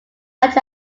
such